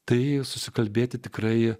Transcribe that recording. tai susikalbėti tikrai